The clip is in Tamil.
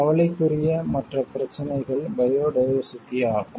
கவலைக்குரிய மற்ற பிரச்சினைகள் பயோடைவர்சிட்டி ஆகும்